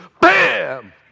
bam